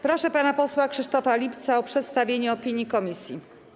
Proszę pana posła Krzysztofa Lipca o przedstawienie opinii komisji.